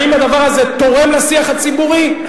האם הדבר הזה תורם לשיח הציבורי?